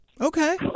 Okay